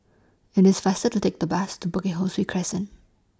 IT IS faster to Take The Bus to Bukit Ho Swee Crescent